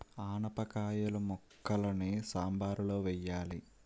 ఆనపకాయిల ముక్కలని సాంబారులో వెయ్యాలి